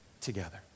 together